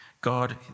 God